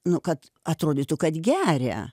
nu kad atrodytų kad geria